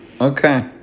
okay